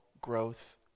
growth